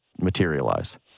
materialize